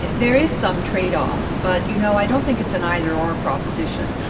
there is some trade-off, but, you know, i don't think it's an either or proposition.